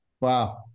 Wow